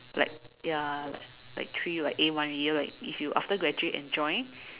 like ya like treat you like A one really like if you after graduate and join